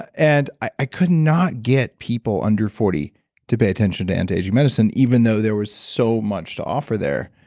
and i could not get people under forty to pay attention to anti-aging medicine even though there was so much to offer there.